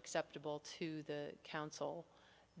acceptable to the council